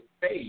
face